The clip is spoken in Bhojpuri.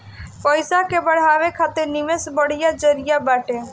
पईसा के बढ़ावे खातिर निवेश बढ़िया जरिया बाटे